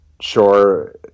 sure